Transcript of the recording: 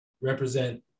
represent